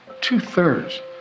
two-thirds